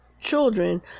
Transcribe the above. children